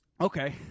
Okay